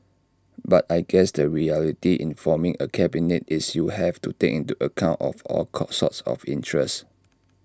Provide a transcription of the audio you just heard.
but I guess the reality in forming A cabinet is you have to take into account of all call sorts of interests